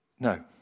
No